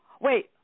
Wait